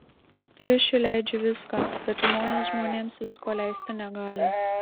triušiui leidžiu viską bet žmonės žmonėms visko leisti negali